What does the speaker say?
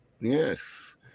Yes